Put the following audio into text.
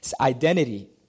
identity